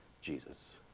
Jesus